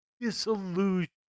disillusion